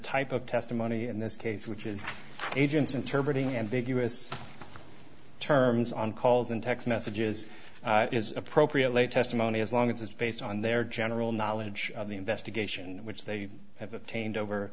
type of testimony in this case which is agent's inter breeding ambiguous terms on calls and text messages is appropriate late testimony as long as it's based on their general knowledge of the investigation which they have obtained over